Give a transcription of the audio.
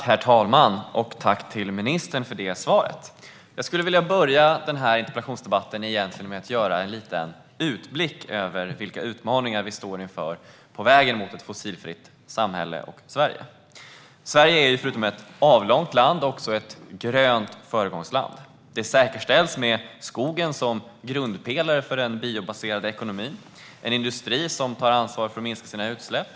Herr talman! Tack, ministern, för det svaret! Jag skulle vilja börja den här interpellationsdebatten med att göra en liten utblick över de utmaningar som vi står inför på vägen mot ett fossilfritt samhälle. Sverige är förutom ett avlångt land också ett grönt föregångsland. Det säkerställs med skogen som grundpelare för den biobaserade ekonomin. Det är en industri som tar ansvar för att minska sina utsläpp.